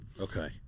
okay